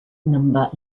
number